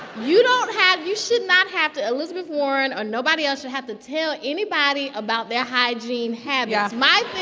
you don't have you should not have to elizabeth warren or nobody else should have to tell anybody about their hygiene habits yes my thing